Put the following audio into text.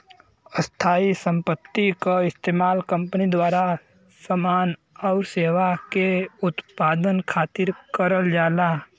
स्थायी संपत्ति क इस्तेमाल कंपनी द्वारा समान आउर सेवा के उत्पादन खातिर करल जाला